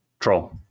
Troll